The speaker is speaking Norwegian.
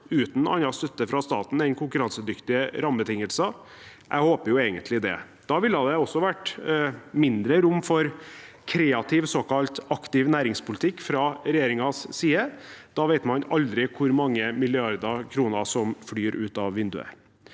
uten annen støtte fra staten enn konkurransedyktige rammebetingelser. Jeg håper jo egentlig det. Da ville det også vært mindre rom for kreativ såkalt aktiv næringspolitikk fra regjeringens side. Da vet man aldri hvor mange milliarder kroner som flyr ut av vinduet.